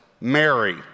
Mary